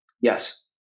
Yes